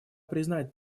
признать